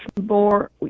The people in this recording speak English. more